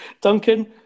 Duncan